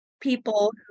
people